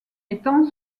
étant